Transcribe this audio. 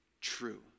true